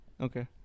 okay